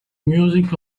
music